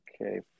okay